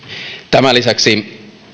tämän lisäksi